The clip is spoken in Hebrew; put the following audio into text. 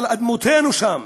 על אדמותינו שם.